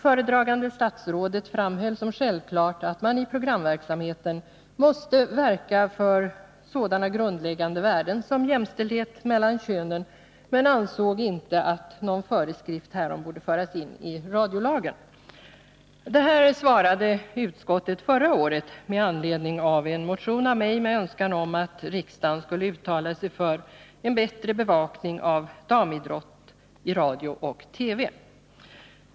Föredragande statsrådet framhöll att det var självklart att man i programverksamheten måste verka för sådana grundläggande värden som jämställdhet mellan könen men ansåg inte att någon föreskrift härom borde föras in i radiolagen. Det här svarade utskottet förra året med anledning av en motion från mig med en önskan om att riksdagen skulle uttala sig för en bättre bevakning av damidrott i radio och TV.